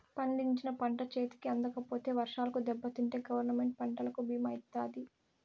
పండించిన పంట చేతికి అందకపోతే వర్షాలకు దెబ్బతింటే గవర్నమెంట్ పంటకు భీమా ఇత్తాది